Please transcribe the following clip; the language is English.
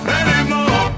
anymore